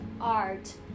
art